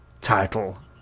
title